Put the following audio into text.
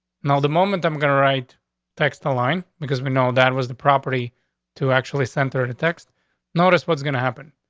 no, the moment i'm gonna write text the line because we know that was the property to actually center to text notice what's gonna happen.